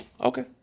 Okay